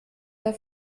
der